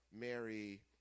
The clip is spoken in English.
Mary